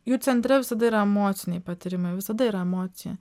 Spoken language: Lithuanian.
jų centre visada yra emociniai patyrimai visada yra emocija